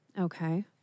Okay